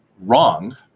wrong